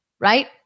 Right